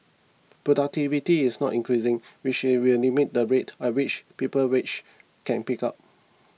productivity is not increasing which will limit the rate at which people's wages can pick up